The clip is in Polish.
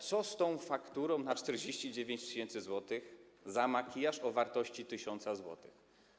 Co z tą fakturą na 49 tys. zł za makijaż o wartości 1000 zł?